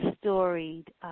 storied